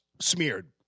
smeared